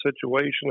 situation